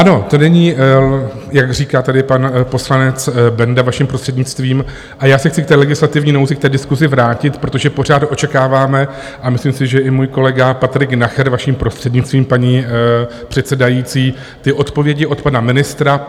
Ano, to není, jak říká tady pan poslanec Benda, vaším prostřednictvím, a já se chci k té legislativní nouzi, k té diskusi vrátit, protože pořád očekáváme a myslím si, že i můj kolega Patrik Nacher, vaším prostřednictvím, paní předsedající ty odpovědi od pana ministra.